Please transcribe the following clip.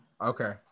Okay